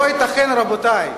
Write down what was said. לא ייתכן, רבותי,